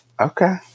Okay